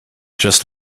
just